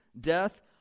death